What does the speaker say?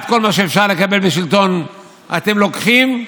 את כל מה שאפשר לקבל בשלטון אתם לוקחים,